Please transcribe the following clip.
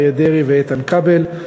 אריה דרעי ואיתן כבל.